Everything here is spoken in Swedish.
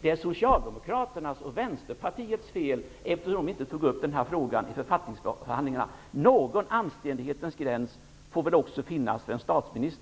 Det är Socialdemokraternas och Vänsterpartiets fel, eftersom de inte tog upp denna fråga i författningsförhandlingarna. Någon anständighetens gräns får väl också finnas för en statsminister!